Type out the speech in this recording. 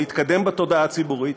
להתקדם בתודעה הציבורית.